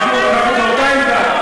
אל תקרא, אנחנו באותה עמדה.